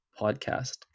podcast